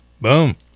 boom